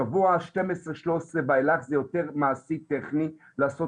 שבוע 12-13 ואילך זה יותר מעשית טכני לעשות